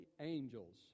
angels